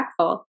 impactful